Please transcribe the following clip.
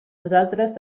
nosaltres